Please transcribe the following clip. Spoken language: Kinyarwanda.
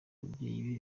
ababyeyi